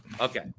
okay